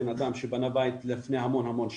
בן אדם שבנה בית לפני המון המון שנים,